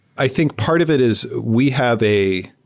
i think part of it is we have a